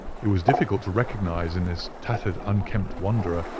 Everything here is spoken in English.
it was difficult to recognize in this tattered, unkempt wanderer,